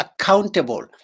accountable